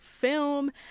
film